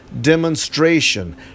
demonstration